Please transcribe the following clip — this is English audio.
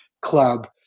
club